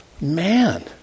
man